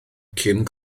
cyn